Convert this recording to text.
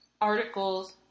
articles